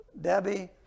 Debbie